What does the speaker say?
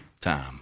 time